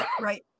right